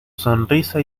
sonrisa